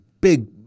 big